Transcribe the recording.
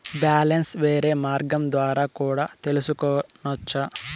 Balance వేరే మార్గం ద్వారా కూడా తెలుసుకొనొచ్చా?